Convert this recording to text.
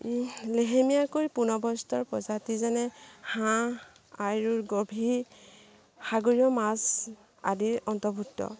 লেহেমিয়াকৈ পূৰ্ণৱস্থাৰ প্ৰজাতি যেনে হাঁহ আৰু গভীৰ সাগৰীয় মাছ আদিৰ অন্তৰ্ভুক্ত